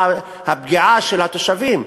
מה הפגיעה בתושבים.